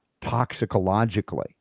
toxicologically